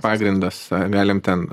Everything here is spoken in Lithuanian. pagrindas galim ten